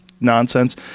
nonsense